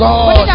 God